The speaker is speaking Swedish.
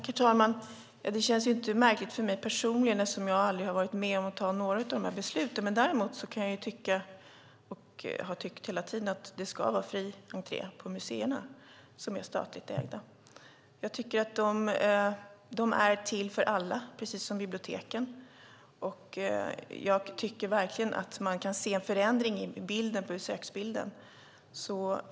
Herr talman! Det känns inte märkligt för mig personligen eftersom jag aldrig har varit med om att fatta några av de besluten. Däremot kan jag tycka - och har tyckt hela tiden - att det ska vara fri entré på museer som är statligt ägda. De är till för alla, precis som biblioteken. Jag tycker verkligen att man kan se en förändring i besöksbilden.